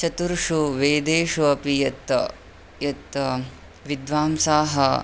चतुर्षु वेदेषु अपि यत् यत् विद्वांसाः